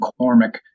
McCormick